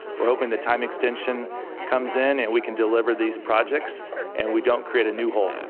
we're hoping the time extension comes in and we can deliver these projects and we don't create a new hole. and